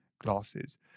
glasses